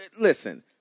listen